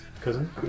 cousin